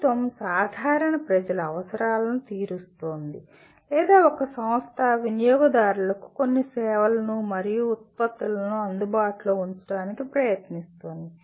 ప్రభుత్వం సాధారణ ప్రజల అవసరాలను తీరుస్తోంది లేదా ఒక సంస్థ వినియోగదారులకు కొన్ని సేవలు మరియు ఉత్పత్తులను అందుబాటులో ఉంచడానికి ప్రయత్నిస్తోంది